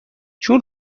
چون